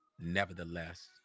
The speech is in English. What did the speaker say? Nevertheless